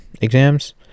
exams